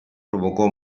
provocò